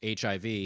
HIV